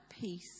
peace